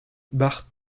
bart